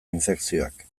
infekzioak